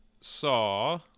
saw